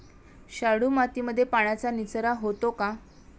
शाडू मातीमध्ये पाण्याचा निचरा होतो का?